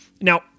Now